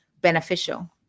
beneficial